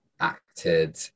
Acted